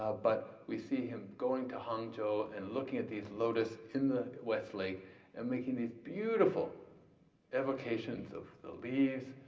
ah but we see him going to hangzhou and looking at these lotus in the west lake and making these beautiful evocations of the leaves.